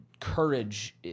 courage